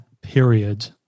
period